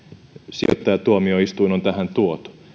sijoittajatuomioistuin on tähän tuotu